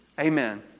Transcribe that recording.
Amen